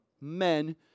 men